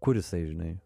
kur jisai žinai